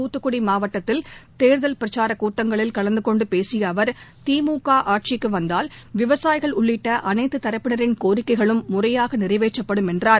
தூத்துக்குடி மாவட்டத்தில் தேர்தல் பிரசார கூட்டங்களில் கலந்து கொண்டு பேசிய அவர் தி மு க ஆட்சிக்கு வந்தால் விவசாயிகள் உள்ளிட்ட அனைத்து தரப்பினரின் கோரிக்கைகளும் முறையாக நிறைவேற்றப்படும் என்றார்